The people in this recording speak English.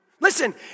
Listen